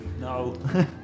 No